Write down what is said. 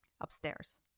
upstairs